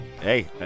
hey